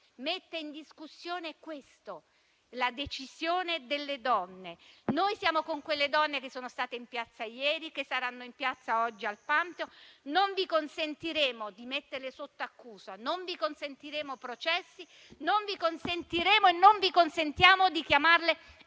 mette in discussione questo: la decisione delle donne. Noi siamo con quelle donne che sono state in piazza ieri e che saranno in piazza oggi al Pantheon. Non vi consentiremo di metterle sotto accusa, non vi consentiremo processi, non vi consentiremo e non vi consentiamo di chiamarle